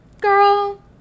Girl